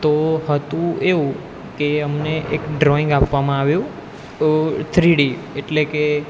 તો હતું એવું કે અમને એક ડ્રોઈંગ આપવામાં આવ્યું તો થ્રીડી એટલે કે